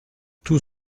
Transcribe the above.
tout